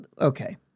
okay